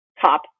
top